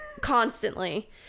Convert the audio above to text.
Constantly